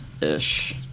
ish